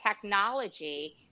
technology